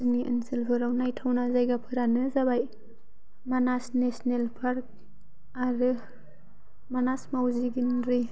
जोंनि ओनसोलफोराव नायथावना जायगाफोरानो जाबाय मानास नेशनेल पार्क आरो मानास मावजिगिन्द्रि